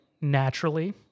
naturally